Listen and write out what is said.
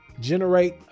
generate